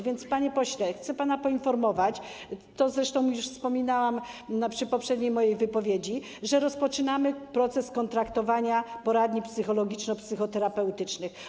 Więc, panie pośle, chcę pana poinformować, o tym zresztą już wspominałam w poprzedniej mojej wypowiedzi, że rozpoczynamy proces kontraktowania poradni psychologiczno-psychoterapeutycznych.